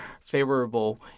favorable